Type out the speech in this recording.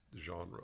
genre